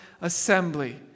assembly